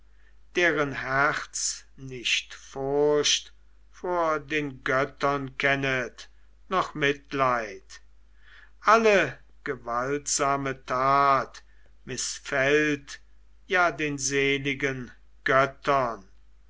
deren herz nicht furcht vor den göttern kennet noch mitleid alle gewaltsame tat mißfällt ja den seligen göttern